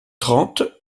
trente